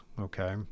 okay